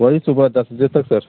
वही सुबह दस बजे तक सर